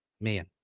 man